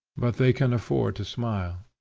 but they can afford to smile.